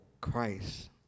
Christ